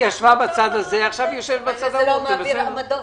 בקדנציה הקודמת דנו בעניין.